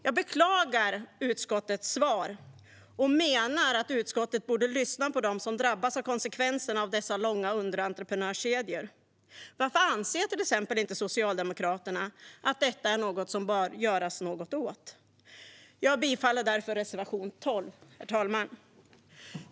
Jag beklagar utskottets svar och menar att utskottet borde lyssna på dem som drabbas av konsekvenserna av dessa långa underentreprenörskedjor. Varför anser till exempel inte Socialdemokraterna att detta är något som man bör göra något åt? Jag yrkar bifall till reservation 12, herr talman.